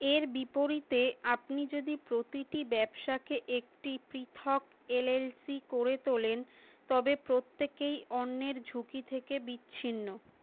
এর বিপরীতে আপনি যদি প্রতিটি ব্যবসাকে একটি পৃথক এলএলসি করে তোলেন তবে প্রত্যেকেই অন্যের ঝুঁকি থেকে বিচ্ছিন্ন